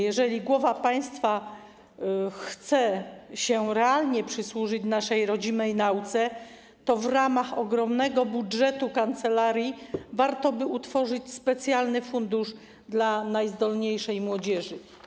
Jeżeli głowa państwa chce się realnie przysłużyć naszej rodzimej nauce, to w ramach ogromnego budżetu kancelarii warto by utworzyć specjalny fundusz dla najzdolniejszej młodzieży.